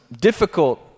difficult